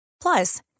Plus